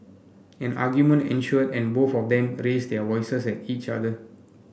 an argument ensued and both of them raised their voices at each other